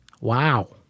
Wow